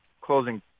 closing